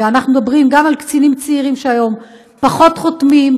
אנחנו מדברים גם על קצינים צעירים שהיום פחות חותמים,